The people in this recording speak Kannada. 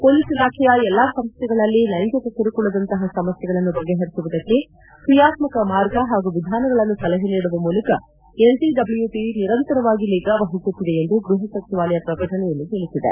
ಪೊಲೀಸ್ ಇಲಾಖೆಯ ಎಲ್ಲಾ ಸಂಸ್ಥೆಗಳಲ್ಲಿ ಲೈಂಗಿಕ ಕಿರುಕುಳದಂತಹ ಸಮಸ್ಥೆಗಳನ್ನು ಬಗೆಪರಿಸುವುದಕ್ಕೆ ಕ್ರಿಯಾತ್ತಕ ಮಾರ್ಗ ಪಾಗೂ ವಿಧಾನಗಳನ್ನು ಸಲಹೆ ಮಾಡುವ ಮೂಲಕ ಎನ್ಸಿಡಬ್ಲ್ಲುಪಿ ನಿರಂತರವಾಗಿ ನಿಗಾ ವಹಿಸುತ್ತಿದೆ ಎಂದು ಗ್ಲಪ ಸಚಿವಾಲಯ ಪ್ರಕಟಣೆಯಲ್ಲಿ ತಿಳಿಸಿದೆ